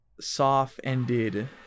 soft-ended